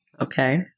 okay